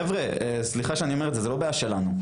חבר'ה, סליחה שאני אומר את זה, זה לא בעיה שלנו.